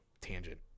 tangent